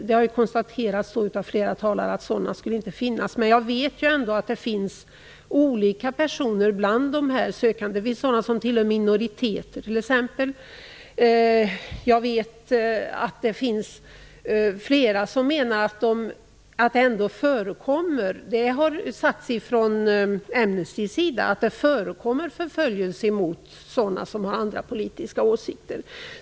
Det har konstaterats av flera talare att sådana inte finns. Men jag vet att det finns olika personer bland de sökande. Det finns sådana som tillhör minoriteter, t.ex. Det har sagts från Amnestys sida att det förekommer förföljelser av sådan som har andra politiska åsikter.